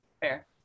Fair